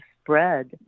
spread